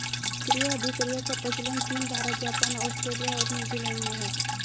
क्रय अभिक्रय का प्रचलन चीन भारत, जापान, आस्ट्रेलिया और न्यूजीलैंड में है